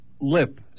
lip